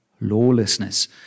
Lawlessness